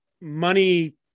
money